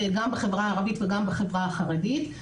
גם בחברה הערבית וגם בחברה החרדית.